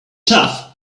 tough